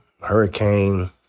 hurricane